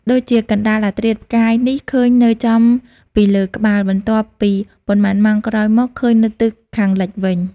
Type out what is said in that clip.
ដូចជាកណ្ដាលអាធ្រាត្រផ្កាយនេះឃើញនៅចំពីលើក្បាល បន្ទាប់ពីប៉ុន្មានម៉ោងក្រោយមកឃើញនៅទិសខាងលិចវិញ ។